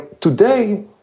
today